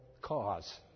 cause